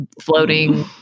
floating